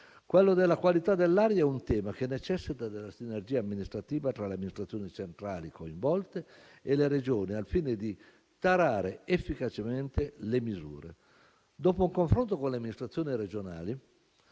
La qualità dell'aria è un tema che necessita della sinergia amministrativa tra le amministrazioni centrali coinvolte e le Regioni, al fine di tarare efficacemente le misure. Dopo un confronto con le amministrazioni regionali,